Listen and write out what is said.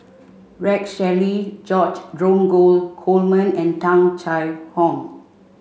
Rex Shelley George Dromgold Coleman and Tung Chye Hong